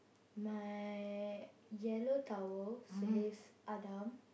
my yellow towel says Adam